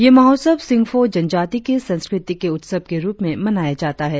ये महोत्सव सिंगफो जनजाति की संस्कृति के उत्सव के रुप में मनाया जाता है